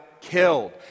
killed